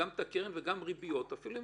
דבר --- אתם לוקחים את הקרן בלי הריביות בכלל.